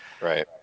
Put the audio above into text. Right